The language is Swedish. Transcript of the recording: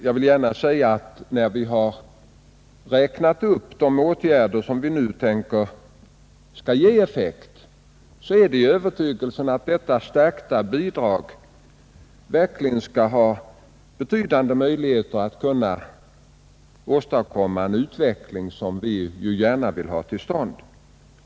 Jag vill dock framhålla att när vi räknat upp anslagen till dessa åtgärder så är det i den övertygelsen att detta stärkta bidrag verkligen skall ha betydande möjligheter att åstadkomma en utveckling som vi gärna vill ha till stånd.